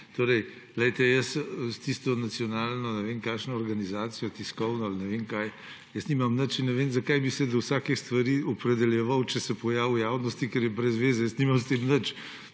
razveseli. S tisto nacionalno, ne vem kakšno organizacijo, tiskovno ali ne vem kaj, jaz nimam nič in ne vem, zakaj bi se do vsake stvari opredeljeval, če se pojavi v javnosti, ker je brez zveze, jaz nimam s tem nič.